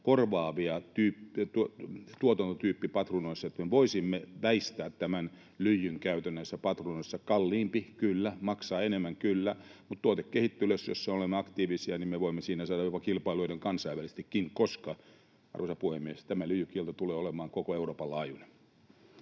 korvaavia tuotantotyyppejä patruunoissa, että me voisimme väistää tämän lyijyn käytön näissä patruunoissa. Kalliimpi, kyllä, maksaa enemmän, kyllä, mutta tuotekehittelyllä, jossa olemme aktiivisia, me voimme siinä saada jopa kilpailuedun kansainvälisestikin, koska, arvoisa puhemies, tämä lyijykielto tulee olemaan koko Euroopan laajuinen.